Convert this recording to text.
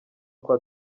kwa